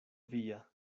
via